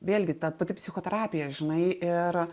vėlgi ta pati psichoterapija žinai ir